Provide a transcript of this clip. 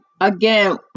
again